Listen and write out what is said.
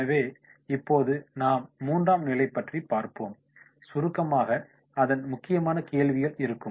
எனவே இப்போது நாம் மூன்றாம் நிலை பற்றி பார்ப்போம் சுருக்கமாக அதன் முக்கியமான கேள்விகள் இருக்கும்